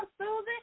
Susan